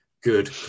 good